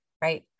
right